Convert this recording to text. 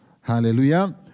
Hallelujah